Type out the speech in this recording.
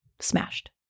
smashed